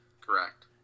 Correct